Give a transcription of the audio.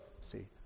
see